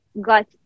got